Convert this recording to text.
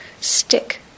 stick